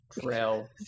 trail